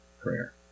prayer